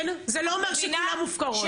זה לא אומר שכולן מופקרות.